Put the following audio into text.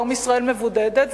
היום ישראל מבודדת,